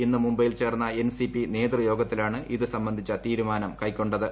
ഇന്ന് മുംബൈയിൽ ചേർന്ന എൻസിപി നേതൃയോഗത്തിലാണ് ഇത് സംബന്ധിച്ചു തീരുമാനം കൈക്കൊണ്ട ത്